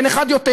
אין אחד יותר.